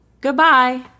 Goodbye